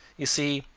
you see,